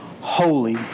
holy